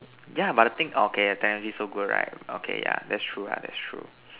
yeah but the thing okay apparently so good right okay yeah that's true lah that's true